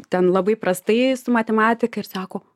ten labai prastai su matematika ir sako